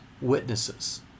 witnesses